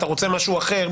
אתה רוצה משהו אחר.